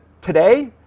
today